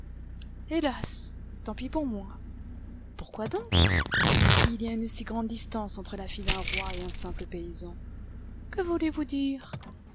hélas tant pis pour moi pourquoi donc il y a une si grande distance entre la fille d'un roi et un simple paysan que voulez-vous dire